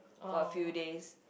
for a few days